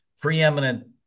preeminent